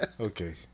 Okay